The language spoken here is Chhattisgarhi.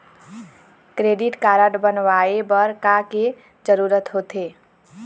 क्रेडिट कारड बनवाए बर का के जरूरत होते?